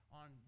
on